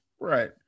Right